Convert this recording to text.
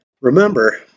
Remember